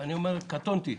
אני אומר, קטונתי.